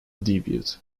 debut